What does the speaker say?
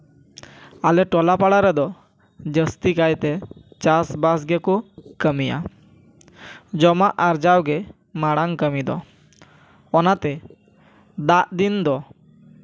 ᱟᱞᱮ ᱴᱚᱞᱟ ᱯᱟᱲᱟ ᱨᱮᱫᱚ ᱡᱟᱹᱥᱛᱤ ᱠᱟᱭᱛᱮ ᱪᱟᱥᱼᱵᱟᱥ ᱜᱮᱠᱚ ᱠᱟᱹᱢᱤᱭᱟ ᱡᱚᱢᱟᱜ ᱟᱨᱡᱟᱣ ᱜᱮ ᱢᱟᱲᱟᱝ ᱠᱟᱹᱢᱤ ᱫᱚ ᱚᱱᱟᱛᱮ ᱫᱟᱜ ᱫᱤᱱ ᱫᱚ